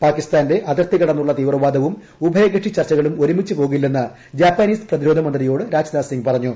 പ്പാകിസ്ഥാന്റെ അതിർത്തി കടന്നുള്ള തീവ്രവാദവും ഉഭയക്ക്ക്ഷി ചർച്ചകളും ഒരുമിച്ച് പോകില്ലെന്ന് ജാപ്പനീസ് പ്രതിരോധ മന്ത്രിയോട് രാജ്നാഥ് സിംഗ് പറഞ്ഞു